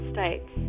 States